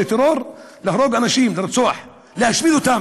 זה טרור להרוג אנשים, לרצוח, להשמיד אותם.